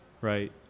right